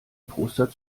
poster